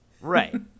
Right